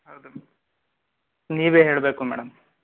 ಹೌದು ನೀವೇ ಹೇಳಬೇಕು ಮೇಡಮ್